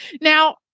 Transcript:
Now